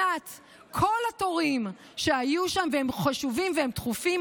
מבחינת כל התורים שהיו שם והם חשובים והם דחופים,